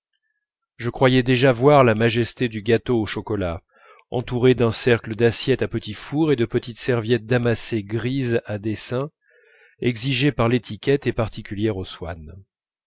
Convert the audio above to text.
je croyais déjà voir la majesté du gâteau au chocolat entouré d'un cercle d'assiettes à petits fours et de petites serviettes damassées grises à dessins exigées par l'étiquette et particulières aux swann